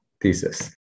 thesis